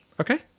Okay